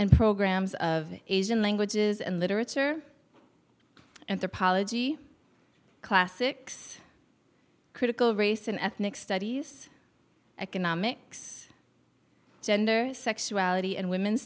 and programs of asian languages and literature anthropology classics critical race and ethnic studies economics gender sexuality and women's